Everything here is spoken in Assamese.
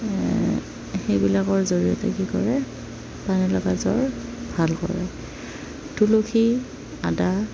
সেইবিলাকৰ জৰিয়তে কি কৰে পানী লগা জ্বৰ ভাল কৰে তুলসী আদা